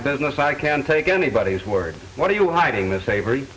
business i can take anybody's word what are you hiding this favor